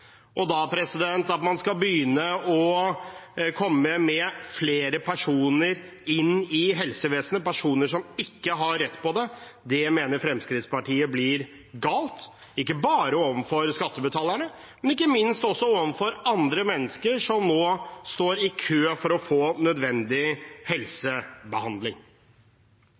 At man da skal komme med flere personer inn i helsevesenet – personer som ikke har rett på det – mener Fremskrittspartiet blir galt, ikke bare overfor skattebetalerne, men ikke minst også overfor andre mennesker som nå står i kø for å få nødvendig